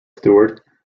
steward